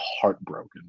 heartbroken